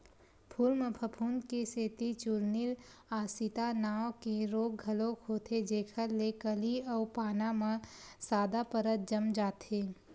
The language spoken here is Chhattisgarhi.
फूल म फफूंद के सेती चूर्निल आसिता नांव के रोग घलोक होथे जेखर ले कली अउ पाना म सादा परत जम जाथे